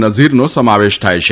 નઝીરનો સમાવેશ થાય છે